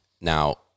Now